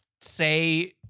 say